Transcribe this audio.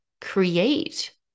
create